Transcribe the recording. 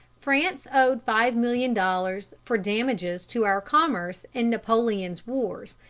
france owed five million dollars for damages to our commerce in napoleon's wars,